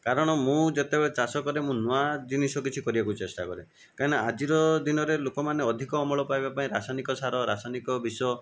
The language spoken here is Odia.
କାରଣ ମୁଁ ଯେତେବେଳେ ଚାଷ କରେ ମୁଁ ନୂଆ ଜିନିଷ କିଛି କରିବାକୁ ଚେଷ୍ଟା କରେ କାଇଁନା ଆଜିର ଦିନରେ ଲୋକମାନେ ଅଧିକ ଅମଳ ପାଇବା ପାଇଁ ରାସାୟନିକ ସାର ରାସାୟନିକ ବିଷ